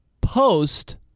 post